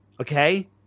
Okay